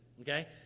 Okay